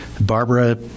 Barbara